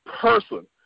person